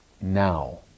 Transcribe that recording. now